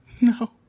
No